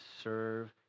serve